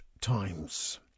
Times